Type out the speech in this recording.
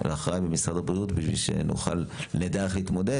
כדי שנוכל לדעת איך להתמודד?